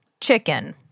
chicken